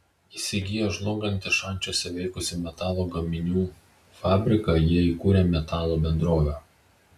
įsigiję žlungantį šančiuose veikusį metalo gaminių fabriką jie įkūrė metalo bendrovę